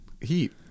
Heat